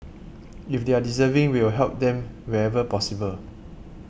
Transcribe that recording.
if they are deserving we will help them wherever possible